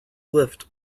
lift